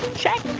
check.